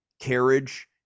carriage